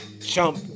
jump